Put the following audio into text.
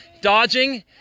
dodging